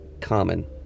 common